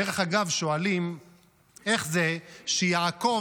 דרך אגב, שואלים איך זה שיעקב